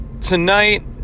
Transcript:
tonight